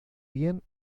bien